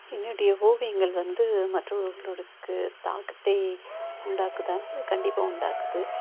என்னுடய ஓவியங்கள் வந்து மற்றவர்வர்களுக்கு தாக்கத்தை உண்டாக்குத்தான்னு கண்டிப்பாக உண்டாக்குது